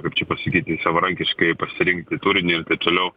kaip čia pasakyti savarankiškai pasirinkti turinį ir taip toliau